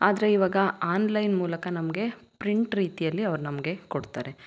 ಆದರೆ ಇವಾಗ ಆನ್ಲೈನ್ ಮೂಲಕ ನಮಗೆ ಪ್ರಿಂಟ್ ರೀತಿಯಲ್ಲಿ ಅವರು ನಮಗೆ ಕೊಡ್ತಾರೆ